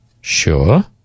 Sure